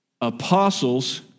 apostles